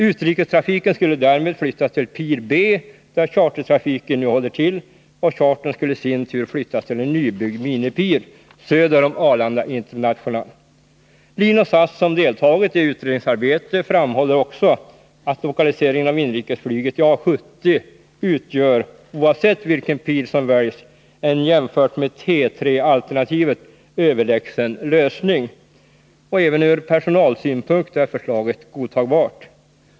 Utrikestrafiken skulle därmed flyttas till pir B, där chartertrafiken nu håller till, och chartern skulle i sin tur flyttas till en nybyggd minipir söder om Arlanda International. LIN och SAS, som deltagit i utredningsarbetet, framhåller också att lokaliseringen av inrikesflyget till A70 oavsett vilken pir som väljs, utgör en jämfört med T3-alternativet överlägsen lösning. Även ur personalsynpunkt är förslaget godtagbart.